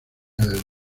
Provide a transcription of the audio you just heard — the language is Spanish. del